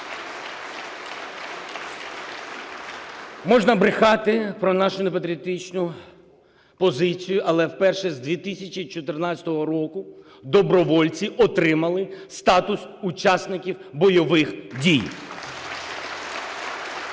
Можна брехати про нашу непатріотичну позицію, але вперше з 2014 року добровольці отримали статус учасників бойових дій. (Оплески)